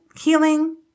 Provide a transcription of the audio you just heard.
healing